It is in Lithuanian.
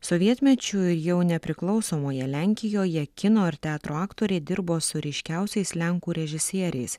sovietmečiu jau nepriklausomoje lenkijoje kino ir teatro aktorė dirbo su ryškiausiais lenkų režisieriais